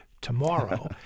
tomorrow